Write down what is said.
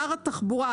שר התחבורה,